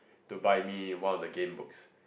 to buy me one of the game books